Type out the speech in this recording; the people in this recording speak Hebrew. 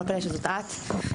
לא פלא שזאת את,